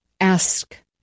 ask